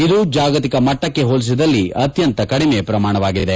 ಇದು ಜಾಗತಿಕ ಮಟ್ಟಕ್ಕೆ ಹೋಲಿಸಿದಲ್ಲಿ ಅತ್ಯಂತ ಕಡಿಮೆ ಪ್ರಮಾಣವಾಗಿದೆ